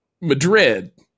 Madrid